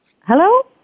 Hello